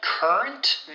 Current